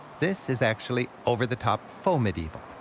this is actually over-the-top faux medieval.